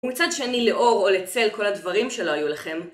ומצד שני לאור או לצל כל הדברים שלא היו לכם.